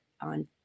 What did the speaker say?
on